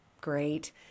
great